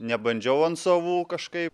nebandžiau ant savų kažkaip